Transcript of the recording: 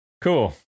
cool